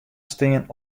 stean